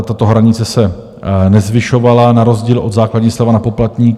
Tato hranice se nezvyšovala na rozdíl od základní slevy na poplatníka.